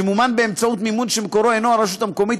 שמומן באמצעות מימון שמקורו אינו הרשות המקומית,